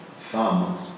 thumb